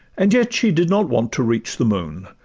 and yet she did not want to reach the moon,